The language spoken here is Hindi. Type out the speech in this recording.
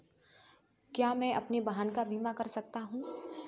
क्या मैं अपने वाहन का बीमा कर सकता हूँ?